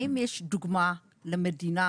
האם יש דוגמא למדינה,